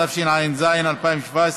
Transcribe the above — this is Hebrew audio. התשע"ז 2017,